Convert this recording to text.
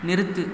நிறுத்து